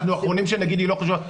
אנחנו אחרונים שנגיד שהיא לא חשובה,